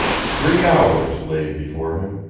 three hours lay before him.